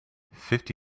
fifty